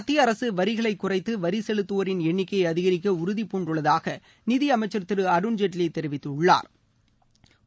மத்திய அரசு வரிகளை குறைத்து வரி செலுத்தவோரின் எண்ணிக்கையை அதிகரிக்க உறுதி பூண்டுள்ளதாக நிதி அமைச்சா் திரு அருண் ஜெட்லி தெரிவித்துள்ளாா்